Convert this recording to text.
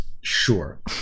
Sure